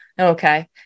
okay